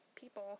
people